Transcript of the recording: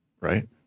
Right